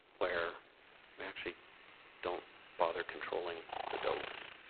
where we actually don't bother controlling the dose?